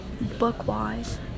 book-wise